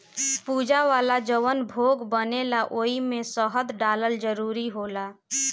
पूजा वाला जवन भोग बनेला ओइमे शहद डालल जरूरी होला